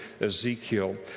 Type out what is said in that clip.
Ezekiel